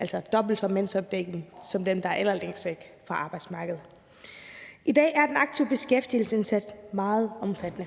altså dobbelt mandsopdækning, som det er tilfældet med dem, som er allerlængst væk fra arbejdsmarkedet. I dag er den aktive beskæftigelsesindsats meget omfattende.